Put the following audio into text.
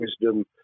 wisdom